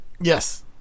Yes